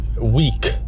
week